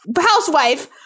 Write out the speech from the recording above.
housewife